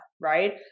Right